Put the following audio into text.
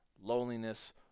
loneliness